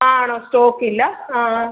ആണോ സ്റ്റോക്ക് ഇല്ല ആ ആ